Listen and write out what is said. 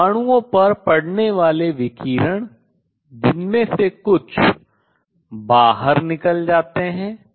परमाणुओं पर पड़ने वाले विकिरण जिनमें से कुछ बाहर निकल जाते हैं